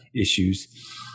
issues